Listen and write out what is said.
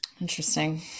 Interesting